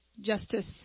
justice